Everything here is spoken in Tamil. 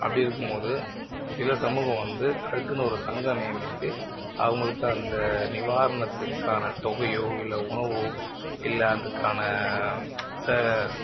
அப்படி இருக்கும்போது சில சமூகம் வந்து அதுக்குன்னு ஒரு சங்கம் நியமித்து அவங்களுக்கு அந்த நிவாரணத்துக்கான தொகையோ இல்லை உணவோ இல்லை அதுக்கான ச